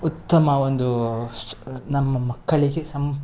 ಉತ್ತಮ ಒಂದು ಸ್ ನಮ್ಮ ಮಕ್ಕಳಿಗೆ ಸಂ